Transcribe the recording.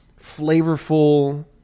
flavorful